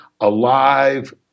alive